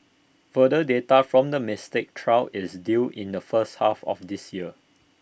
further data from the Mystic trial is due in the first half of this year